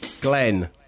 Glenn